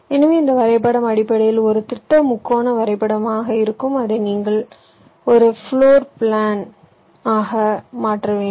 எனவே இந்த வரைபடம் அடிப்படையில் ஒரு திட்ட முக்கோண வரைபடமாக இருக்கும் அதை நீங்கள் ஒரு பிளோர் பிளான் ஆக மாற்ற வேண்டும்